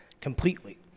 completely